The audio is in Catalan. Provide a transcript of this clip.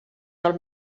del